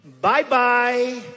Bye-bye